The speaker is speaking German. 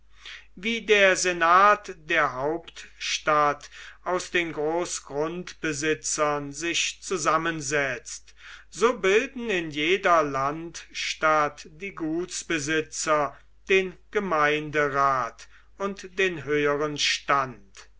wie der senat der hauptstadt aus den großgrundbesitzern sich zusammensetzt so bilden in jeder landstadt die gutsbesitzer den gemeinderat und den höheren stand